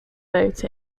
boat